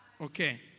Okay